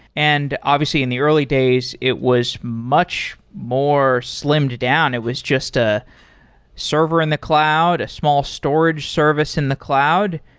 and obviously in the early days, it was much more slimmed down. it was just ah server in the cloud, a small storage service in the cloud.